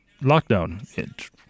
lockdown